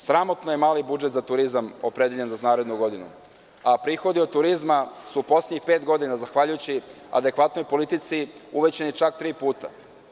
Sramotno je mali budžet za turizam predviđen za narednu godinu a prihodi od turizma su poslednjih pet godina, zahvaljujući adekvatnoj politici uvećani čak tri puta.